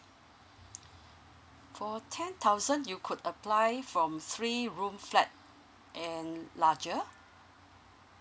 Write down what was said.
for ten thousand you could apply from three room flat and larger